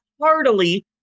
heartily